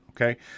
Okay